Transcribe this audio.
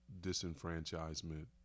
disenfranchisement